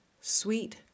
sweet